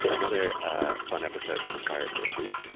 another ah fun episode from acquiredaeurs history,